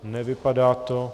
Nevypadá to...